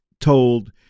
told—